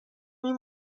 این